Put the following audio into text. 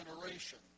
generation